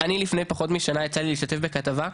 אני לפני פחות משנה יצא לי להשתתף בכתבה,